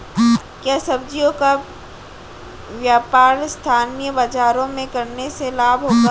क्या सब्ज़ियों का व्यापार स्थानीय बाज़ारों में करने से लाभ होगा?